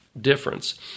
difference